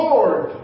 Lord